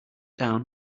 down